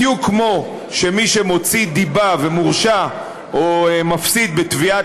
בדיוק כמו שמי שמוציא דיבה ומורשע או מפסיד בתביעות